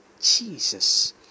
Jesus